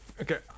Okay